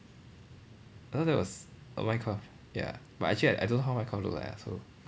I thought that was minecraft ya but actually I I don't know how minecraft look like ah so